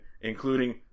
including